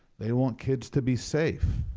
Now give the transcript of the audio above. they want kids to be safe.